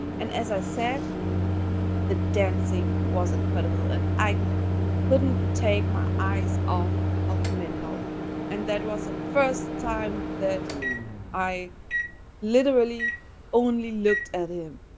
and as i said the dancing was incredible and i couldn't take my eyes off of minho and that was the first time that i literally only looked at him.